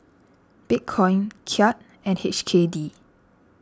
Bitcoin Kyat and H K D